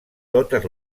totes